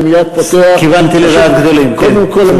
קודם כול,